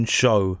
show